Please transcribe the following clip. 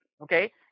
Okay